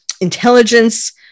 intelligence